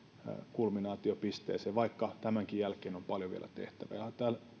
kulminaatiopisteeseen vaikka tämänkin jälkeen on paljon vielä tehtävää